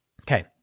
Okay